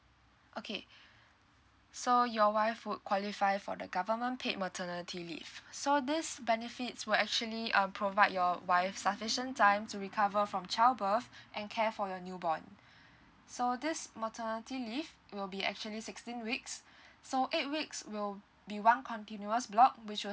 okay so your wife would qualify for the government paid maternity leave so this benefits were actually uh provide your wife sufficient time to recover from child birth and care for your new born so this maternity leave will be actually sixteen weeks so eight weeks will be one continuous block which will